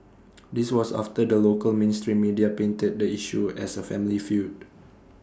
this was after the local mainstream media painted the issue as A family feud